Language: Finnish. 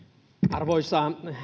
arvoisa